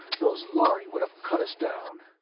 those lhari would have cut us down.